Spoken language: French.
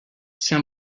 c’est